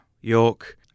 York